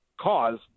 cause